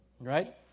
right